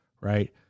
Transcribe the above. Right